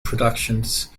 productions